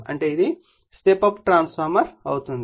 అంటే ఇది step up transformer అవుతుంది